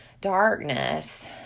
darkness